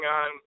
on